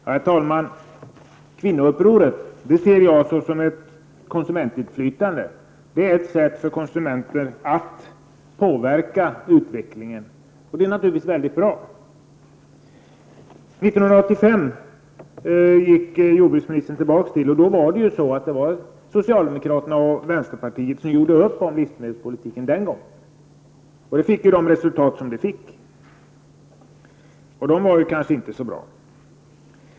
Herr talman! Kvinnoupproret ser jag som ett sätt för konsumenterna att få inflytande och kunna påverka utvecklingen. Det är naturligtvis bra. Jordbruksministern gick tillbaka till år 1985. Den gången gjorde socialdemokraterna och vänsterpartiet upp om livsmedelspolitiken med de resultat det fick, och dessa var ju inte så bra.